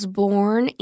born